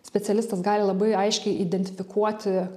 specialistas gali labai aiškiai identifikuoti